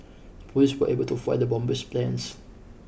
police were able to foil the bomber's plans